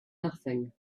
nothing